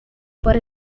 but